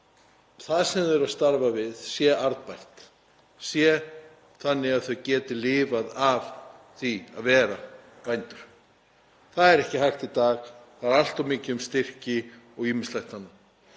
það sem þeir starfa við sé arðbært, þannig að þeir geti lifað af því að vera bændur. Það er ekki hægt í dag og það er allt of mikið um styrki og ýmislegt annað.